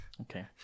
Okay